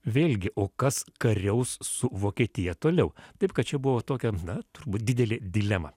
vėlgi o kas kariaus su vokietija toliau taip kad čia buvo tokia na turbūt didelė dilema